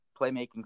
playmaking